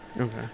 Okay